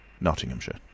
Nottinghamshire